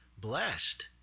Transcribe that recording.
blessed